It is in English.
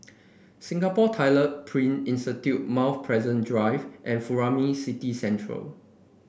Singapore Tyler Print Institute Mount Pleasant Drive and Furama City